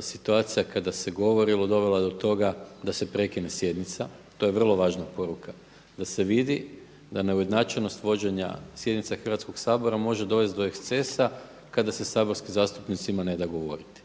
situacija kada se govori dovela do toga da se prekine sjednica. To je vrlo važna poruka da se vidi da neujednačenost vođenja sjednica Hrvatskoga sabora može dovesti do ekscesa kada se saborskim zastupnicima neda govoriti.